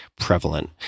prevalent